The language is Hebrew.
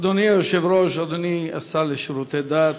אדוני היושב-ראש, אדוני השר לשירותי דת,